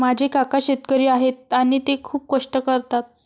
माझे काका शेतकरी आहेत आणि ते खूप कष्ट करतात